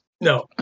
No